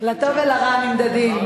לטוב ולרע נמדדים.